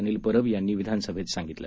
अनिल परब यांनी विधानसभेत सांगितलं